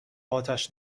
آتش